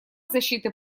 защиты